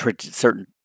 certain